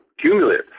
cumulative